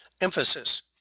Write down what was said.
emphasis